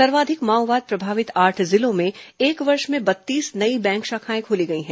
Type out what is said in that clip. सर्वाधिक माओवाद प्रभावित आठ जिलों में एक वर्ष में बत्तीस नई बैंक शाखाएं खोली गई हैं